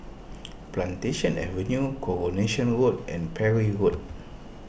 Plantation Avenue Coronation Road and Parry Road